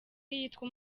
yitwa